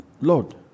Lord